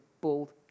bald